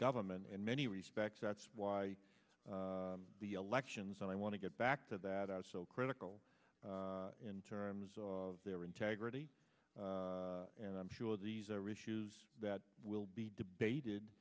government in many respects that's why the elections i want to get back to that are so critical in terms of their integrity and i'm sure these are issues that will be debated